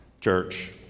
church